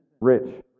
rich